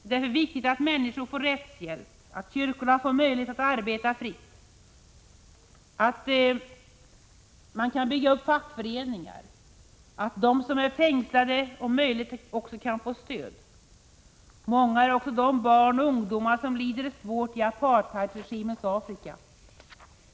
Det är därför viktigt att människor får rättshjälp, att kyrkorna får möjlighet att arbeta fritt, att man kan bygga upp fackföreningar och att de som är fängslade om möjligt kan få stöd. Många är också de barn och ungdomar som lider svårt i apartheidregimens Afrika.